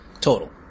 Total